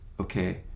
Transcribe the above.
okay